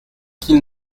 qu’ils